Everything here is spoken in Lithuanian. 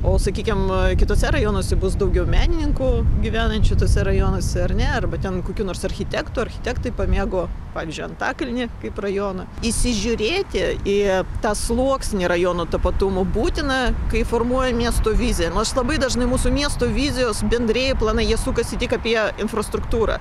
o sakykim kituose rajonuose bus daugiau menininkų gyvenančių tuose rajonuose ar ne arba ten kokių nors architektų architektai pamėgo pavyzdžiui antakalnį kaip rajoną įsižiūrėti į tą sluoksnį rajono tapatumo būtina kai formuoja miesto viziją nors labai dažnai mūsų miesto vizijos bendrieji planai jie sukasi tik apie infrastruktūrą